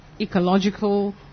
ecological